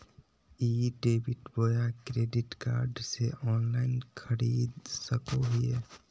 ई debit बोया credit card से online खरीद सको हिए?